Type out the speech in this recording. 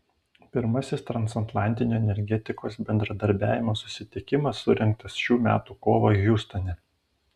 pirmasis transatlantinio energetikos bendradarbiavimo susitikimas surengtas šių metų kovą hjustone